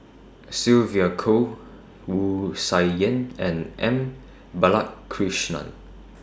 Sylvia Kho Wu Tsai Yen and M Balakrishnan